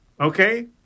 Okay